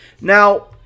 Now